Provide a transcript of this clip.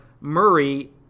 Murray